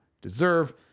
deserve